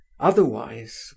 Otherwise